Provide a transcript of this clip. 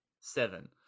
seven